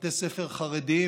בתי ספר חרדיים